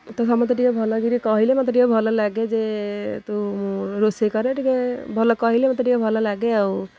ତ ସମସ୍ତେ ଟିକିଏ ଭଲକରି କହିଲେ ମୋତେ ଟିକିଏ ଭଲ ଲାଗେ ଯେହେତୁ ମୁଁ ରୋଷେଇ କରେ ଟିକିଏ ଭଲ କହିଲେ ମୋତେ ଟକିଏ ଭଲ ଲାଗେ ଆଉ